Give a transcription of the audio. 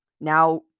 now